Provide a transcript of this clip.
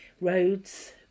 roads